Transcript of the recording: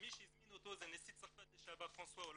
שמי שהזמין אותו זה נשיא צרפת לשעבר פרנסואה הולנד,